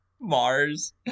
Mars